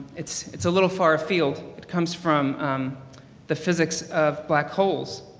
it's it's a little far field, it comes from the physics of black holes,